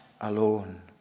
alone